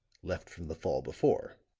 left from the fall before.